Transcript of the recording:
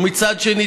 ומצד שני,